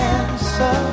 answer